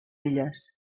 illes